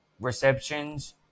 receptions